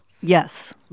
Yes